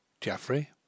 Jaffrey